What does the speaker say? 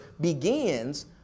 begins